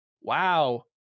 wow